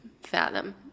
fathom